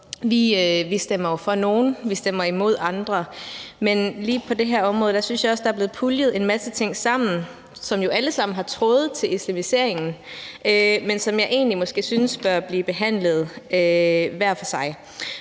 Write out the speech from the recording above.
Vi stemmer jo for nogle, og vi stemmer imod andre. Men lige på det her område synes jeg også, at der er blevet puljet en masse ting sammen, som jo alle sammen har tråde til islamiseringen, men som jeg egentlig måske synes bør blive behandlet hver for sig,